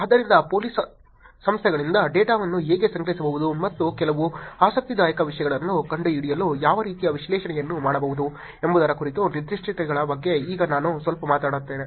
ಆದ್ದರಿಂದ ಪೊಲೀಸ್ ಸಂಸ್ಥೆಗಳಿಂದ ಡೇಟಾವನ್ನು ಹೇಗೆ ಸಂಗ್ರಹಿಸಬಹುದು ಮತ್ತು ಕೆಲವು ಆಸಕ್ತಿದಾಯಕ ವಿಷಯಗಳನ್ನು ಕಂಡುಹಿಡಿಯಲು ಯಾವ ರೀತಿಯ ವಿಶ್ಲೇಷಣೆಯನ್ನು ಮಾಡಬಹುದು ಎಂಬುದರ ಕುರಿತು ನಿರ್ದಿಷ್ಟತೆಗಳ ಬಗ್ಗೆ ಈಗ ನಾನು ಸ್ವಲ್ಪ ಮಾತನಾಡುತ್ತೇನೆ